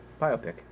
Biopic